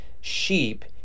sheep